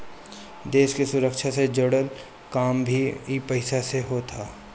देस के रक्षा से जुड़ल काम भी इ पईसा से होत हअ